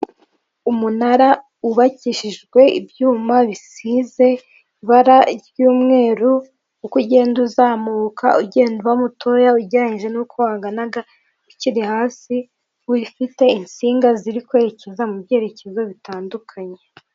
Umunara wubakishijwe ibyuma bisize ibara ry'umweru uko ugenda uzamuka ugenda uba mutoya ugereranyije n'uko wanganaga ukiri hasi ufite insinga ziri kwerekeza mu byerekezo bitandukanye.